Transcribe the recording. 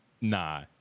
nah